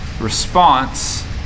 response